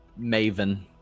Maven